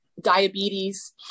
diabetes